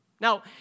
Now